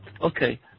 okay